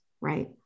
Right